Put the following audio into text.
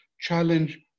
challenge